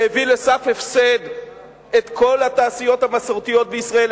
והביא לסף הפסד את כל התעשיות המסורתיות בישראל,